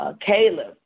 Caleb